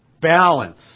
Balance